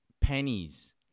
Pennies